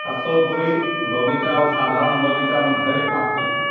ଛାତ ଉପରେ ବଗିଚା ଆଉ ସାଧାରଣ ବଗିଚା ମଧ୍ୟରେ ପାର୍ଥକ୍ୟ